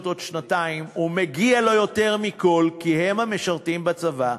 ומגיע לו יותר מכול, כי הם המשרתים בצבא,